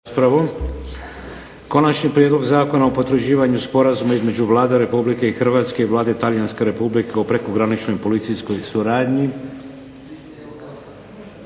Konačni prijedlog zakona o potvrđivanju Sporazuma između Vlade Republike Hrvatske i Vlade Talijanske Republike u prekograničnoj policijskoj suradnji.